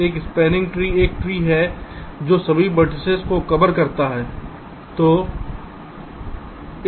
एक spanning tree एक tree है जो सभी वेर्तिसेस को कवर करता है